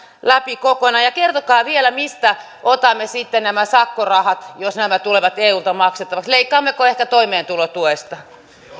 läpi kokonaan ja kertokaa vielä mistä otamme sitten nämä sakkorahat jos nämä tulevat eulta maksettavaksi leikkaammeko ehkä toimeentulotuesta